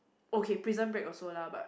okay Prison Break also lah but